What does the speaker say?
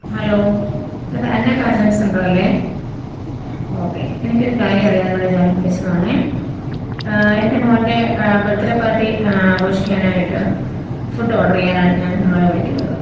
hello ഇത് Anna catering centre അല്ലെ okay എനിക്കൊരു കാര്യം അറിയാൻ വേണ്ടി ഞാൻ വിളിച്ചതാണേ എൻ്റെ മോൻ്റെ ബർത്ത്ഡേ പാർട്ടി ആഘോഷിക്കാനായിട്ട് ഫുഡ് ഓർഡർ ചെയ്യാനാണ് ഞാൻ നിങ്ങളെ വിളിക്കുന്നത്